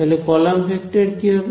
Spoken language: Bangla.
তাহলে কলাম ভেক্টর কি হবে